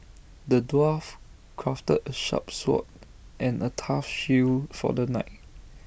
the dwarf crafted A sharp sword and A tough shield for the knight